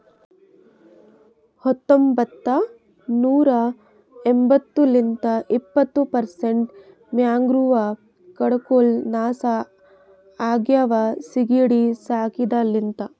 ಹತೊಂಬತ್ತ ನೂರಾ ಎಂಬತ್ತು ಲಿಂತ್ ಇಪ್ಪತ್ತು ಪರ್ಸೆಂಟ್ ಮ್ಯಾಂಗ್ರೋವ್ ಕಾಡ್ಗೊಳ್ ನಾಶ ಆಗ್ಯಾವ ಸೀಗಿಡಿ ಸಾಕಿದ ಲಿಂತ್